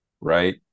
right